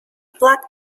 black